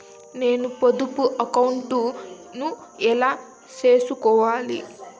నేను పొదుపు అకౌంటు ను ఎలా సేసుకోవాలి?